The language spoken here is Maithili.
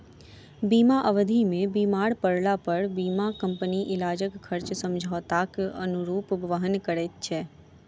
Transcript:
बीमा अवधि मे बीमार पड़लापर बीमा कम्पनी इलाजक खर्च समझौताक अनुरूप वहन करैत छै